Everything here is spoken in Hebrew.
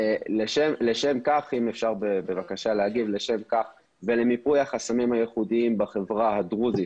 לשם כך ולמיפוי החסמים הייחודיים בחברה הדרוזית